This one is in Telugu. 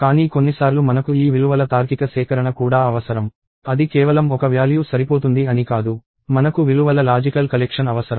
కానీ కొన్నిసార్లు మనకు ఈ విలువల తార్కిక సేకరణ కూడా అవసరం అది కేవలం ఒక వ్యాల్యూ సరిపోతుంది అని కాదు మనకు విలువల లాజికల్ కలెక్షన్ అవసరం